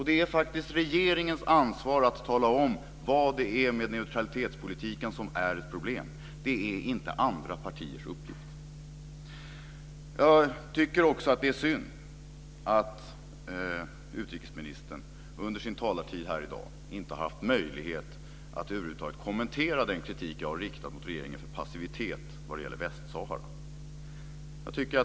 Det är faktiskt regeringens ansvar att tala om vad som är problemet med neutralitetspolitiken. Det är inte andra partiers uppgift. Jag tycker också att det är synd att utrikesministern under sin talartid här i dag inte har haft möjlighet att över huvud taget kommentera den kritik som jag har riktat mot regeringen för passivitet vad gäller Västsahara.